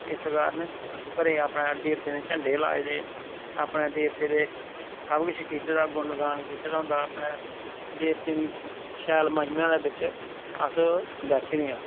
असर नी होऐ इस कारण अस घरें अपने देवतें दे झंडे लाए दे अपने देवतें दा सब किश कीते दा गुणगान कीता दा हुंदा अपने देवतें दी शैल महिमा दे बिच अस बैठे दे आं